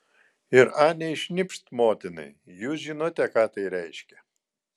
ir anei šnipšt motinai jūs žinote ką tai reiškia